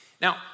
Now